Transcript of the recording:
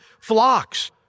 flocks